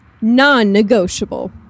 Non-negotiable